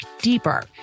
deeper